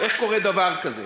איך קורה דבר כזה?